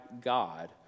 God